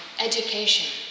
education